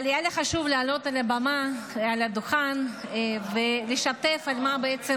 אבל היה לי חשוב לעלות על הדוכן ולשתף על מה מדובר.